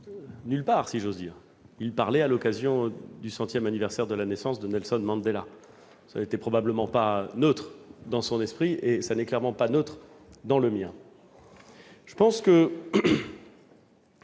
Obama, qui s'est exprimé à l'occasion du centième anniversaire de la naissance de Nelson Mandela. Ce n'était probablement pas neutre dans son esprit, et ce n'est clairement pas neutre dans le mien. Au fond, ce